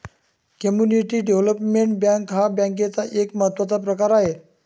community development bank हा बँकेचा एक महत्त्वाचा प्रकार आहे